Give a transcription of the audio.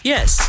Yes